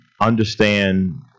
understand